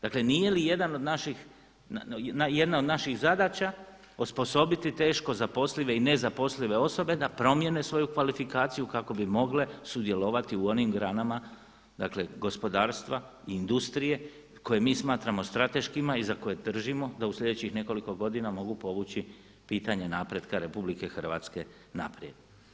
Dakle, nije li jedan od naših, jedna od naših zadaća osposobiti teško zaposlive i nezaposlive osobe da promijene svoju kvalifikaciju kako bi mogle sudjelovati u onim granama, dakle gospodarstva i industrije koje mi smatramo strateškima i za koje držimo da u sljedećih nekoliko godina mogu povući pitanje napretka Republike Hrvatske naprijed.